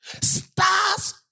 Stars